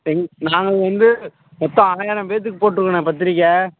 எங் நான் வந்து மொத்தம் ஆயிரம் பேர்த்துக்கு போட்டுருக்கோண்ணே பத்திரிக்கை